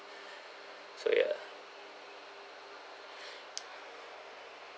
so yeah